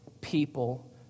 people